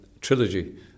trilogy